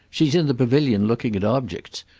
she's in the pavilion looking at objects.